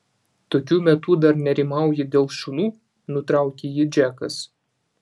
tokiu metu dar nerimauji dėl šunų nutraukė jį džekas